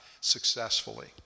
successfully